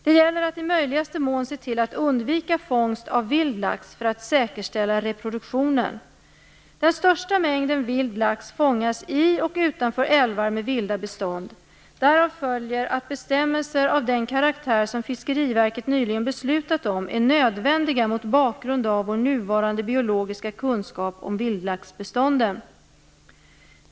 Det gäller att i möjligaste mån se till att undvika fångst av vild lax för att säkerställa reproduktionen. Den största mängden vild lax fångas i och utanför älvar med vilda bestånd. Därav följer att bestämmelser av den karaktär som Fiskeriverket nyligen beslutat om är nödvändiga mot bakgrund av vår nuvarande biologiska kunskap om vildlaxbestånden.